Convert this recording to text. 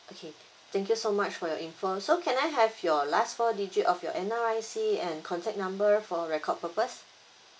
okay thank you so much for your information so can I have your last four digit of your N_R_I_C and contact number for record purpose